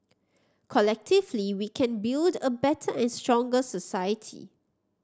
collectively we can build a better and stronger society